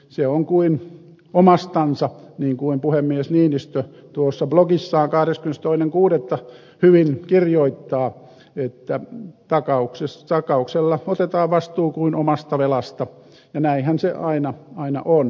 se on kuin omastansa niin kuin puhemies niinistö tuossa blogissaan väristys toinen kuudetta hyvin kirjoittaa että takauksissa takauksella otetaan vastuu kuin omasta velasta näinhän se aina vain on